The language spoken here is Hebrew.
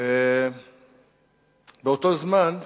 ובאותו זמן,